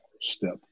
step